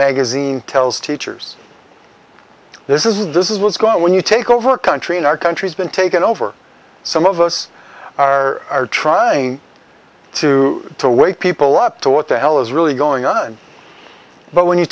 magazine tells teachers this is this is what's going on when you take over country and our country's been taken over some of us are trying to wake people up to what the hell is really going on but when you